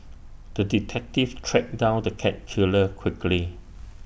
the detective tracked down the cat killer quickly